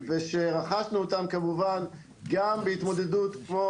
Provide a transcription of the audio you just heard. חייבים תוכנית לאומית ברורה וליווי של